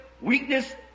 weakness